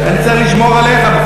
אני צריך לשמור עליך?